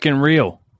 real